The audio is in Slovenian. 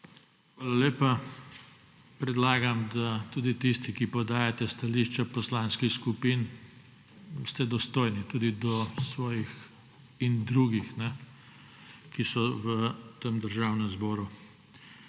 Hvala lepa. Predlagam, da tudi tisti, ki podajate stališča poslanskih skupin, ste dostojni tudi do svojih in drugih, ki so v tem državnem zboru.